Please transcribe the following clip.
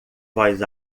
voz